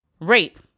Rape